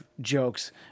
jokes